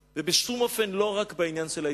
ובשום אופן לא רק בעניין של ההתיישבות,